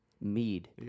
Mead